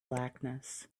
blackness